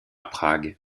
prague